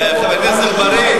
כשיש אויבים כמוך, חבר הכנסת אגבאריה.